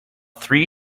three